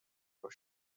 شود